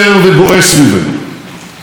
בניווט בוטח,